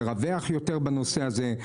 לרווח יותר בנושא הזה,